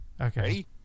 Okay